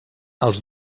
els